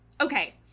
okay